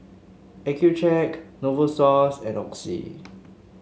Accucheck Novosource and Oxy